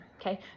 okay